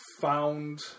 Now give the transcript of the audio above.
found